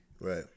Right